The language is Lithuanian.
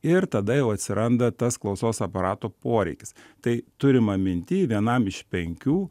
ir tada jau atsiranda tas klausos aparato poreikis tai turima minty vienam iš penkių